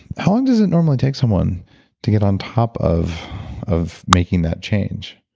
how long does it normally take someone to get on top of of making that change?